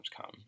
come